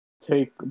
Take